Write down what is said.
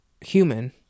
human